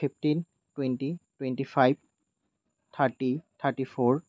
fifteen twenty twenty five thirty thirty four